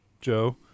Joe